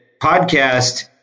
podcast